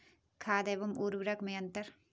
खाद एवं उर्वरक में अंतर?